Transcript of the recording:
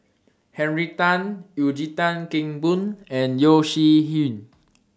Henry Tan Eugene Tan Kheng Boon and Yeo Shih Yun